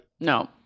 no